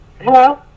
Hello